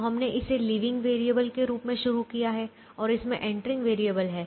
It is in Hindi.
तो हमने इसे लीविंग वेरिएबल के रूप में शुरू किया है और इसमें एंटरिंग वेरिएबल है